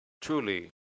truly